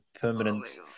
permanent